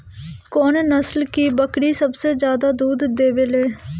कौन नस्ल की बकरी सबसे ज्यादा दूध देवेले?